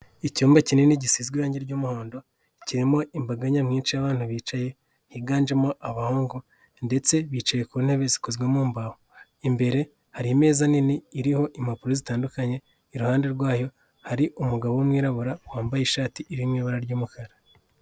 Icyumba kinini gisigazwe irangi ry'umuhondo, kirimo imbaga nyamwinshi y'abantu bicaye, higanjemo abahungu ndetse bicaye ku ntebe zikozwemo mbaho, imbere hari ameza nini iriho impapuro zitandukanye, iruhande rwayo hari umugabo w'umwirabura, wambaye ishati iri mu ibara ry'umukara.